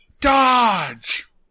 Dodge